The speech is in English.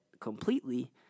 completely